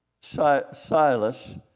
Silas